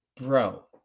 bro